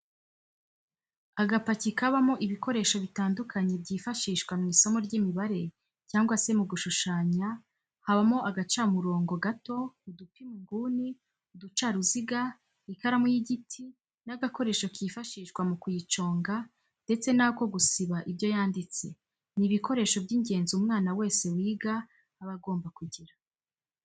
Agapaki kabamo ibikoresho bitandukanye byifashishwa mu isomo ry'imibare cyangwa se mu gushushanya habamo agacamurongo gato, udupima inguni, uducaruziga, ikaramu y'igiti n'agakoresho kifashishwa mu kuyiconga ndetse n'ako gusiba ibyo yanditse, ni ibikoresho by'ingenzi umwana wese wiga aba agomba kugira.